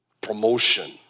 Promotion